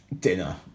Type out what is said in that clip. dinner